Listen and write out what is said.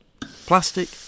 Plastic